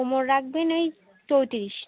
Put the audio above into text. কোমর রাখবেন এই চৌত্রিশ